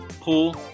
pool